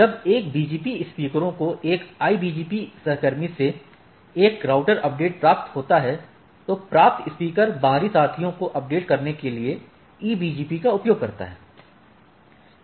जब एक BGP स्पीकरों को एक IBGP सहकर्मी से एक राउटर अपडेट प्राप्त होता है तो प्राप्त स्पीकर बाहरी साथियों को अपडेट करने के लिए EBGP का उपयोग करता है